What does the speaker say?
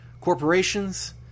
corporations